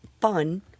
fun